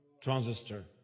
transistor